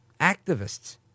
activists